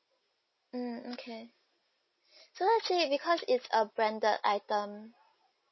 mm okay so actually because it's a branded item